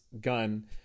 gun